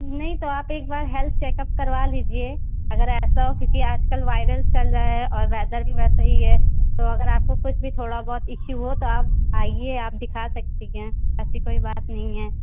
نہیں تو آپ ایک بار ہیلتھ چیک اپ کروا لیجیے اگر ایسا ہو کیونکہ آج کل وائرل چل رہا ہے اور ویدر بھی ویسا ہی ہے تو اگر آپ کو کچھ بھی تھوڑا بہت ایشو ہو تو آپ آئیے آپ دکھا سکتی ہیں ایسی کوئی بات نہیں ہے